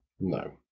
No